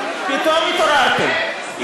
פתאום התעוררתם.